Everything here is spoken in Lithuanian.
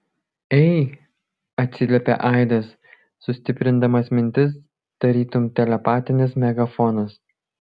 ei atsiliepė aidas sustiprindamas mintis tarytum telepatinis megafonas